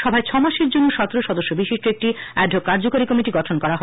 সভায় ছয় মাসের জন্য সতের সদস্য বিশিষ্ট একটি এড হক কার্য্যকরী কমিটি গঠন করা হয়